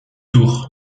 tour